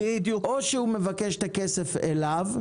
או שהוא מבקש את הכסף אליו,